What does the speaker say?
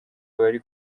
wari